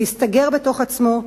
להסתגר בתוך עצמו,